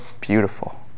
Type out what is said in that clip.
beautiful